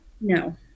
No